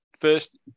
first